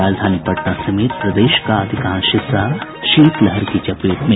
और राजधानी पटना समेत प्रदेश का अधिकांश हिस्सा शीत लहर की चपेट में